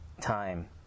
time